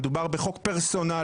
מדובר בחוק פרסונלי.